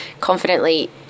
Confidently